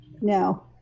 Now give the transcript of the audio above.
no